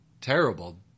terrible